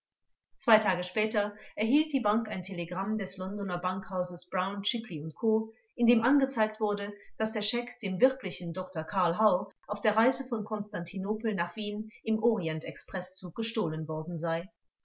zwei tage später erhielt die bank ein telegramm des londoner bankhauses brown schiply u co in dem angezeigt wurde daß der scheck dem wirklichen dr karl hau auf der reise von konstantinopel nach wien im orient expreßzug gestohlen worden sei